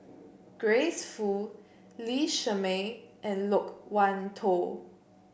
Grace Fu Lee Shermay and Loke Wan Tho